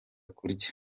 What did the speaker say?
kurya